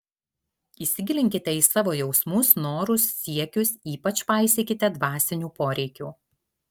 įsigilinkite į savo jausmus norus siekius ypač paisykite dvasinių poreikių